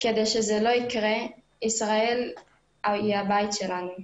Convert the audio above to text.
כדי שזה לא יקרה, ישראל היא הבית שלנו.